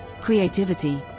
creativity